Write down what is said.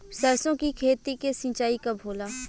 सरसों की खेती के सिंचाई कब होला?